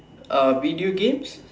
uh video games